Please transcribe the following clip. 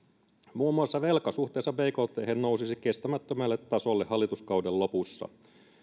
muun muassa velka suhteessa bkthen nousisi kestämättömälle tasolle hallituskauden lopussa